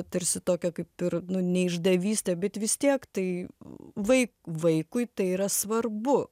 tarsi tokią kaip ir nu ne išdavystę bet vis tiek tai vai vaikui tai yra svarbu